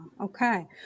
Okay